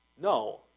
No